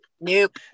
Nope